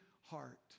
heart